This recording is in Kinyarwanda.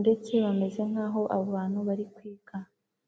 ndetse bameze nkaho abo abantu bari kwiga.